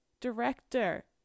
director